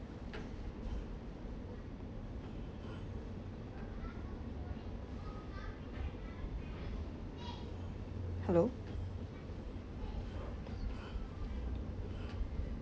hello